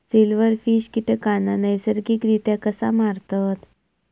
Silverfish कीटकांना नैसर्गिकरित्या कसा मारतत?